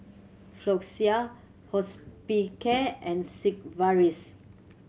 Floxia Hospicare and Sigvaris